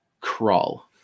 Crawl